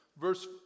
Verse